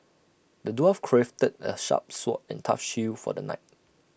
the dwarf crafted A sharp sword and A tough shield for the knight